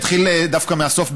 אני אתחיל דווקא מהסוף,